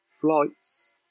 flights